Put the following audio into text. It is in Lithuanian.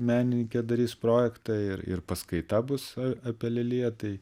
menininkė darys projektą ir ir paskaita bus apie liliją tai